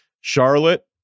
Charlotte